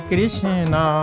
Krishna